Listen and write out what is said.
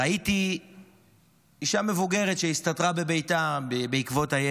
ראיתי אישה מבוגרת שהסתתרה בביתה בעקבות הירי,